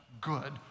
good